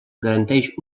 garanteix